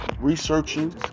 researching